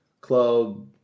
Club